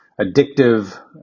addictive